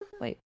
Wait